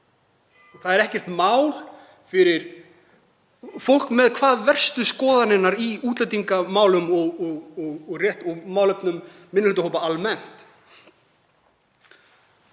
Það er ekkert mál fyrir fólk með hvað verstu skoðanirnar í útlendingamálum og málefnum minnihlutahópa almennt.